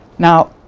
now